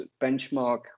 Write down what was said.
benchmark